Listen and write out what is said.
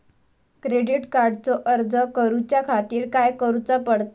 Credit कार्डचो अर्ज करुच्या खातीर काय करूचा पडता?